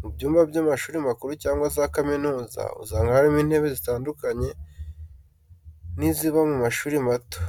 Mu byumba by'amashuri makuru cyangwa za kaminuza, usanga harimo intebe zitandukanye n'iziba mu mashuri mato.